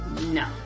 No